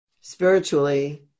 spiritually